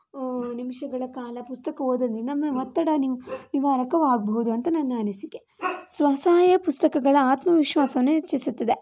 ನಿಮಿಷಗಳ ಕಾಲ ಪುಸ್ತಕ ಓದೋದರಿಂದ ನಮ್ಮ ಒತ್ತಡ ನಿವ್ ನಿವಾರಕ ಆಗಬಹುದು ಅಂತ ನನ್ನ ಅನಿಸಿಕೆ ಸ್ವಸಹಾಯ ಪುಸ್ತಕಗಳ ಆತ್ಮ ವಿಶ್ವಾಸವನ್ನು ಹೆಚ್ಚಿಸ್ತದೆ